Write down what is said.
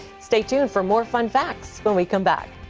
stay tuned for more fun facts when we come back.